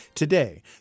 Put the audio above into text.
Today